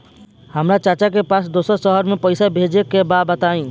हमरा चाचा के पास दोसरा शहर में पईसा भेजे के बा बताई?